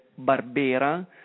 Barbera